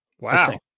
Wow